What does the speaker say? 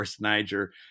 Niger